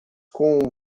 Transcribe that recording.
com